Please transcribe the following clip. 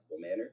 manner